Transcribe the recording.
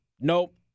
nope